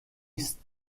است